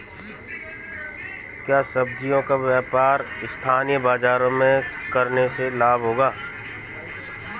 क्या सब्ज़ियों का व्यापार स्थानीय बाज़ारों में करने से लाभ होगा?